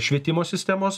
švietimo sistemos